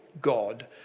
God